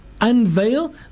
unveil